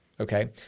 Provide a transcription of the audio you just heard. Okay